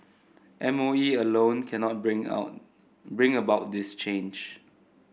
M O E alone cannot bring out bring about this change